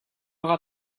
aura